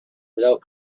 without